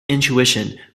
intuition